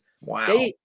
wow